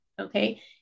okay